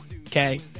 Okay